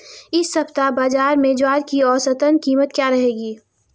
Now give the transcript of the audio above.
इस सप्ताह बाज़ार में ज्वार की औसतन कीमत क्या रहेगी?